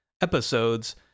episodes